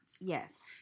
yes